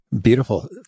Beautiful